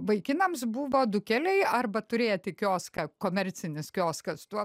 vaikinams buvo du keliai arba turėti kioską komercinis kioskas tuo